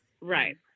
right